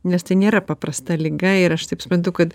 nes tai nėra paprasta liga ir aš taip suprantu kad